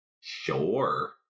Sure